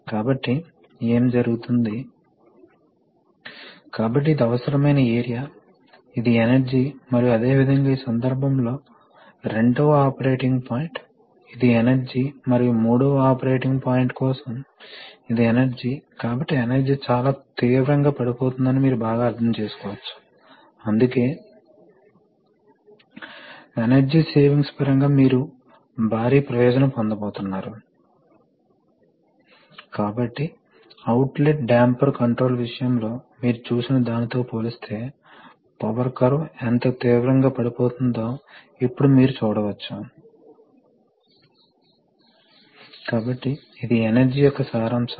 కాబట్టి ఫిల్టర్ సాధారణంగా compressor inlet వద్ద అనుసంధానించబడి ఉంటుంది మరియు వివిధ రకాలు సాధ్యమే పేపర్ ఎలిమెంట్ రకం ఒక ప్రసిద్ధమైనది మరియు కొన్నిసార్లు మీరు పరికరాల ముందు మీకు అవసరమైన అదనపు ఫిల్టరింగ్ ను ఉంచారు ఇవి కంపోనెంట్స్ ని ప్రొటెక్ట్ చేస్తాయి అందువల్ల ఇది పెద్ద పార్టికల్స్ తొలగిస్తుంది మరియు ఇది తేమను కూడా తొలగిస్తుంది ఎందుకంటే ముఖ్యంగా పార్టికల్స్ మేటర్ మరియు చాలా మోయిచర్ మిశ్రమాన్ని సృష్టిస్తుందని మీకు తెలుసు ఇది ఫ్రిక్షన్ స్టిక్కింగ్ వంటి అన్ని రకాల సమస్యలకు దారితీస్తుంది